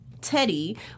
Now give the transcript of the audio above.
Teddy